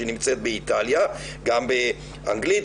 שנמצאת באיטליה: אנגלית,